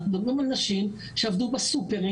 אנחנו מדברים על נשים שעבדו בסופר,